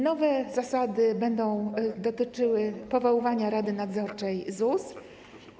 Nowe zasady będą dotyczyły powoływania Rady Nadzorczej ZUS.